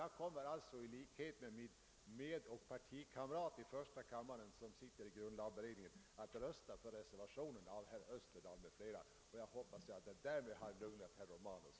Jag kommer alltså i likhet med min partikamrat i första kammaren som sitter i grundlagberedningen att rösta för reservationen av herr Österdahl m.fl. Jag hoppas att jag därmed lugnat herr Romanus.